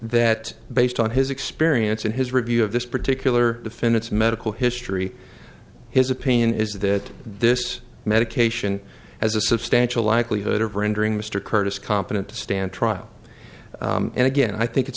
that based on his experience and his review of this particular defend its medical history his opinion is that this medication has a substantial likelihood of rendering mr curtis competent to stand trial and again i think it's